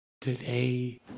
today